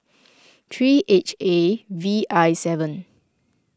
three H A V I seven